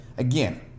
Again